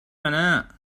یانه